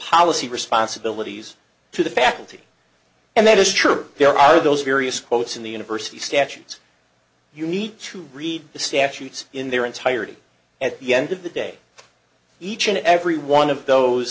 policy responsibilities to the faculty and that is true there are those various quotes in the university statutes you need to read the statutes in their entirety at the end of the day each and every one of those